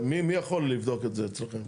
מי יכול לבדוק את זה אצלכם?